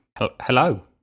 hello